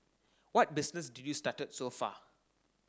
what business did you started so far